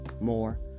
more